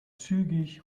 zügig